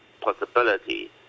possibility